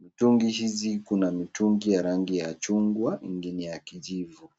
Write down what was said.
Mitungi hizi kuna mitungi ya rangi ya chungwa ingine kijivu.